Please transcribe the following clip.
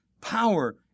power